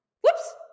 whoops